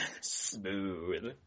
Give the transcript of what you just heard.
Smooth